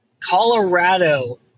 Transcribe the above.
Colorado